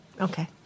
Okay